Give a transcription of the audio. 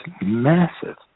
massive